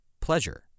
pleasure